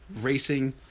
racing